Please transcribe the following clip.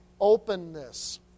openness